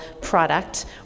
product